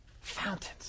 Fountains